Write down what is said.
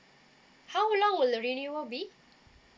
how long will the renewal be